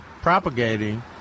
propagating